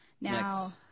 Now